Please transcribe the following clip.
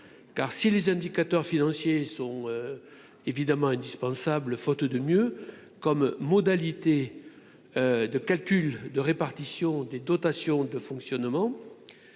car si les indicateurs financiers sont évidemment indispensables faute de mieux, comme modalité de calcul de répartition des dotations de fonctionnement